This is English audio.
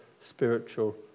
spiritual